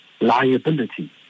liability